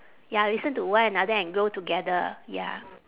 ya listen to one another and grow together ya